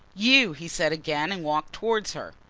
you! he said again and walked towards her.